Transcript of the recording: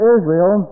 Israel